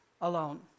alone